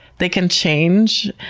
they can change.